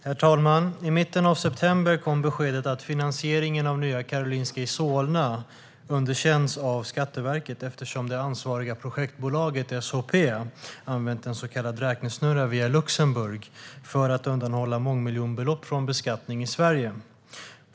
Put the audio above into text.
Herr talman! I mitten av september kom beskedet att finansieringen av Nya Karolinska i Solna underkänns av Skatteverket eftersom det ansvariga projektbolaget, SHP, använt en så kallad räntesnurra via Luxemburg för att undanhålla mångmiljonbelopp från beskattning i Sverige.